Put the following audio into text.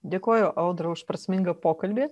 dėkoju audra už prasmingą pokalbį